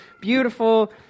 beautiful